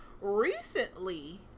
recently